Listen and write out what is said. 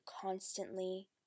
constantly